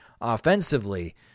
offensively